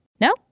No